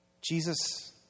Jesus